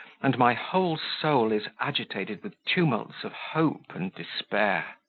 and my whole soul is agitated with tumults of hope and despair!